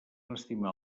estimar